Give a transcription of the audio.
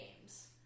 games